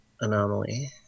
anomaly